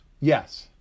Yes